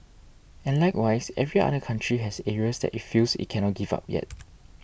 and likewise every other country has areas that it feels it cannot give up yet